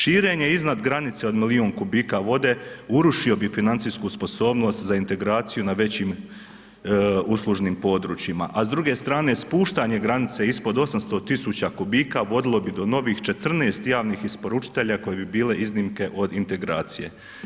Širenje iznad granice od milion kubika vode urušio bi financijsku sposobnost za integraciju na većim uslužnim područjima, a s druge strane spuštanje granice ispod 800.000 kubika vodilo bi do novih 14 javnih isporučitelja koji bi bile iznimke od integracije.